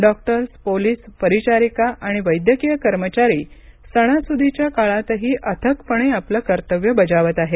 doctors police परिचारिका आणि वैद्यकीय कर्मचारी सणासुदीच्या काळातही अथकपणे आपलं कर्तव्य बजावत आहेत